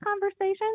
conversations